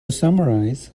summarize